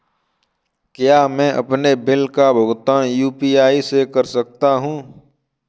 क्या मैं अपने बिल का भुगतान यू.पी.आई से कर सकता हूँ?